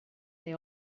they